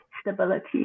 stability